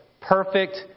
perfect